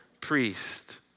priest